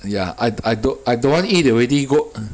ya I I don't I don't want eat already go u~